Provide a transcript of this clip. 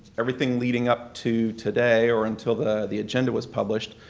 everything leading up to today or until the the agenda was published,